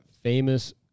famous